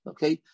Okay